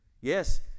Yes